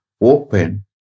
open